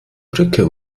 brücke